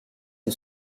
une